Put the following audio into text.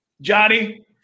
Johnny